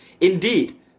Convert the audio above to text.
Indeed